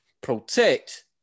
protect